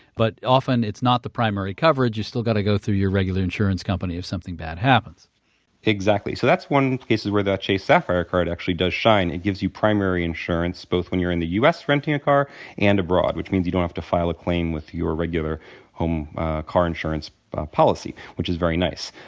but often it's not the primary coverage you still got to go through your regular insurance company if something bad happens exactly. so that's one case where that chase sapphire card actually does shine. it gives you primary insurance both when you're in the u s. renting a car and abroad which means you don't have to file a claim with your regular um car insurance policy which is very nice.